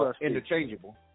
interchangeable